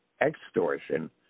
extortion